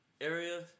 area